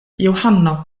johano